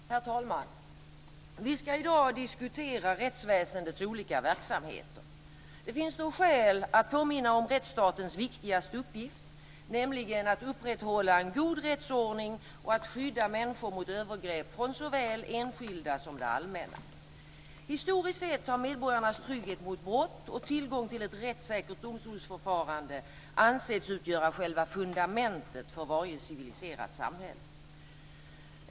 Herr talman! Vi ska i dag diskutera rättsväsendets olika verksamheter. Det finns då skäl att påminna om rättsstatens viktigaste uppgift, nämligen att upprätthålla en god rättsordning och att skydda människor mot övergrepp från såväl enskilda som det allmänna. Historiskt sett har medborgarnas trygghet mot brott och tillgång till ett rättssäkert domstolsförfarande ansetts utgöra själva fundamentet för varje civiliserat samhälle.